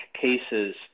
cases